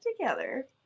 together